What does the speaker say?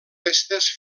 restes